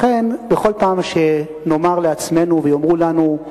לכן, בכל פעם שנאמר לעצמנו ויאמרו לנו: